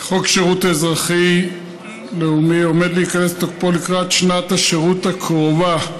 חוק שירות אזרחי-לאומי עומד להיכנס לתוקפו לקראת שנת השירות הקרובה,